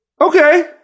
Okay